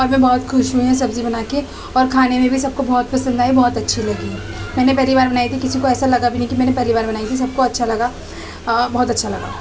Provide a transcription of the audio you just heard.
اور میں بہت خوش ہوں یہ سبزی بنا کے اور کھانے میں بھی سب کو بہت پسند آئی بہت اچھی لگی میں نے پہلی بار بنائی تھی کسی کو ایسا لگا بھی نہیں کہ میں نے پہلی بار بنائی ہے سب کو اچھا لگا بہت اچھا لگا